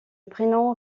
prénom